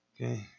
Okay